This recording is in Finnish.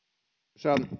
arvoisa